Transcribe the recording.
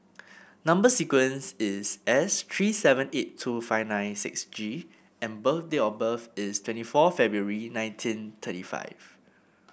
number sequence is S three seven eight two five nine six G and date of birth is twenty four February nineteen thirty five